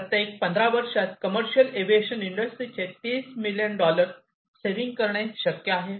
प्रत्येक पंधरा वर्षात कमर्शियल एव्हिएशन इंडस्ट्रीचे 30 मिलियन डॉलर सेविंग करणे शक्य आहे